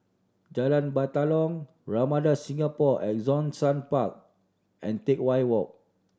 Jalan Batalong Ramada Singapore at Zhongshan Park and Teck Whye Walk